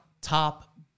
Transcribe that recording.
top